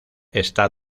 está